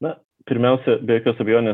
na pirmiausia be jokios abejonės